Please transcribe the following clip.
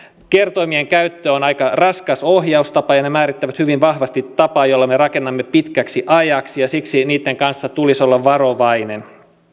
kertoimien käyttö on aika raskas ohjaustapa ja ne määrittävät hyvin vahvasti tapaa jolla me rakennamme pitkäksi ajaksi ja siksi niitten kanssa tulisi olla varovainen